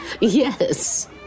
yes